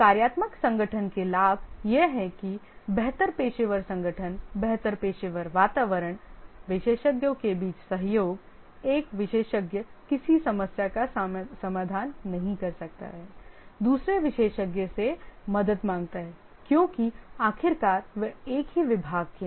कार्यात्मक संगठन के लाभ यह है कि बेहतर पेशेवर संगठन बेहतर पेशेवर वातावरण विशेषज्ञों के बीच सहयोग एक विशेषज्ञ किसी समस्या का समाधान नहीं कर सकता है दूसरे विशेषज्ञ से मदद मांगता है क्योंकि आखिरकार वे एक ही विभाग के हैं